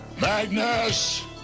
Magnus